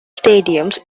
stadiums